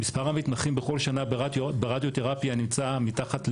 מספר המתמחים בכל שנה ברדיותרפיה נמצא מתחת,